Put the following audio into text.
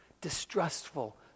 distrustful